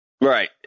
Right